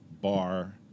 bar